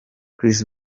chris